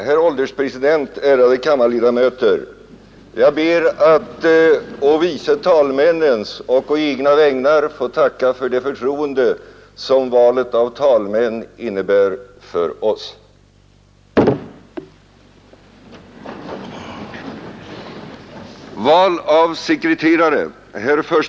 Herr ålderspresident, ärade kammarledamöter! Jag ber att å vice talmännens och å egna vägnar få tacka för det förtroende som valet av talmän innebär för oss.